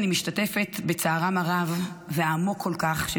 אני משתתפת בצערם הרב והעמוק כל כך של